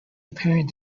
apparent